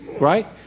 right